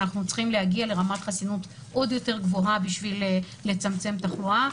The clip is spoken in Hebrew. אנחנו צריכים להגיע לרמת חסינות עוד יותר גבוהה בשביל לצמצם תחלואה.